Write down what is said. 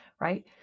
Right